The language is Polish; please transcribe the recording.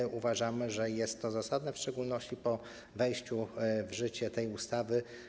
I uważamy, że jest to zasadne, w szczególności po wejściu w życie tej ustawy.